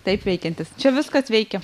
taip veikiantis čia viskas veikia